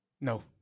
No